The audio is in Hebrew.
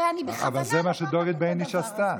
הרי אני בכוונה לוקחת את הדבר הזה.